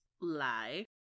lie